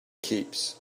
keeps